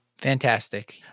Fantastic